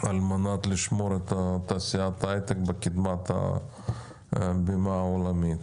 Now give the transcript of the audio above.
על מנת לשמור את תעשיית ההייטק בקדמת הבמה העולמית.